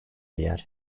yer